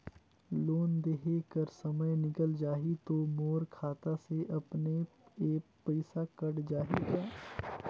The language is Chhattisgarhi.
लोन देहे कर समय निकल जाही तो मोर खाता से अपने एप्प पइसा कट जाही का?